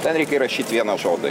ten reikia įrašyt vieną žodį